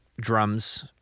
Drum's